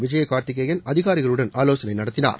விஜயகார்த்திகேயன் அதிகாரிகளுடன் ஆலோசனை நடத்தினர்